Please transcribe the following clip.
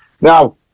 Now